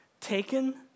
taken